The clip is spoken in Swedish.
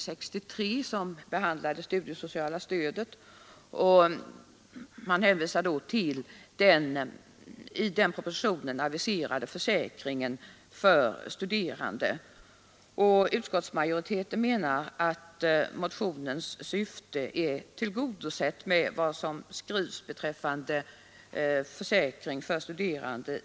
det studiesociala stödet, och man hänvisar till den i propositionen aviserade försäkringen för studerande. Utskottsmajoriteten menar att motionens syfte är tillgodosett med vad som skrivs i propositionen 63 beträffande försäkring för studerande.